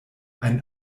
ein